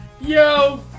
Yo